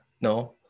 no